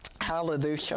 Hallelujah